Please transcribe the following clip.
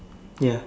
ya